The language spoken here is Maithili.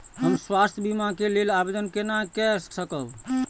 हम स्वास्थ्य बीमा के लेल आवेदन केना कै सकब?